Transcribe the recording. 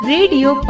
Radio